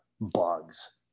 bugs